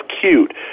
cute